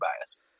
bias